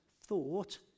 thought